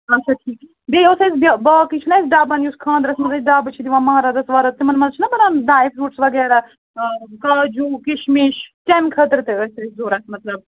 اچھا ٹھیٖک بیٚیہِ اوس اَسہِ باقٕے چھُنہٕ اَسہِ ڈبَن یُس خانٛدرس منٛز أسۍ ڈبہٕ چھِ دِوان مہرازَس وہرازَس تِمَن منٛز چھِنہٕ بران ڈرٛے فرٛوٗٹٕس وغیرہ آ کاجوٗ کِشمِش تَمہِ خٲطرٕ تہِ ٲسۍ اَسہِ ضروٗرت مطلب